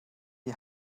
die